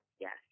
Yes